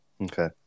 Okay